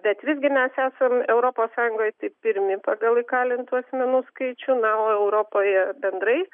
bet visgi mes esam europos sąjungoj tai pirmi pagal įkalintų asmenų skaičių na o europoje bendrai